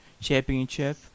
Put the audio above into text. Championship